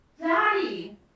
Daddy